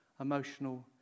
emotional